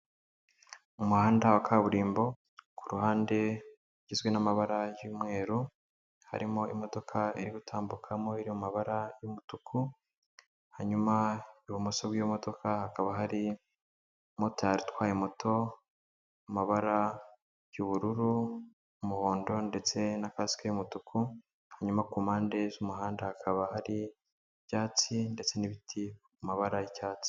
Umuhanda wa kaburimbo, ku ruhande ugizwe n'amabara y'umweru, harimo imodoka iri gutambukamo iri mu mabara y'umutuku, hanyuma ibumoso bw'iyo modoka hakaba hari umumotari utwaye moto, amabara y'ubururu, umuhondo ndetse na kasike y'umutuku, hanyuma ku mpande z'umuhanda hakaba hari ibyatsi ndetse n'ibiti mu mabara y'icyatsi.